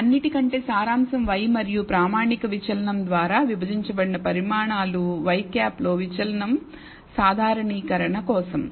అన్నింటికంటే సారాంశం y మరియు ప్రామాణిక ప్రామాణిక విచలనం ద్వారా విభజించబడిన పరిమాణాలు ŷ లో విచలనం సాధారణీకరణ కోసం